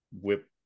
Whip